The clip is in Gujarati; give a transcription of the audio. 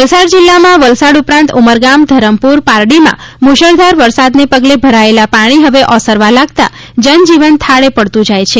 વલસાડ જિલ્લામાં વલસાડ ઉપરાંત ઉમરગામ ધરમપુર પારડીમાં મુશળધાર વરસાદને પગલે ભરાયેલા પાણી હવે ઓસરવા લાગતા જનજીવન થાળે પડતું જાય છે